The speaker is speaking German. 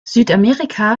südamerika